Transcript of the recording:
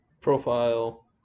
profile